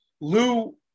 Lou